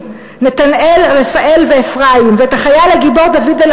ביום אישור הסכם אוסלו כמתנה לכבוד ההסכם,